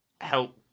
help